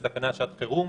של התקנה לשעת חירום.